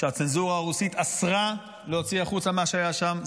כשהצנזורה הרוסית אסרה להוציא החוצה מה שהיה שם,